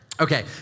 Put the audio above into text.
Okay